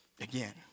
Again